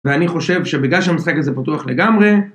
ואני חושב שבגלל שהמשחק הזה פתוח לגמרי